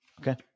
okay